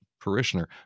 parishioner